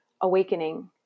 awakening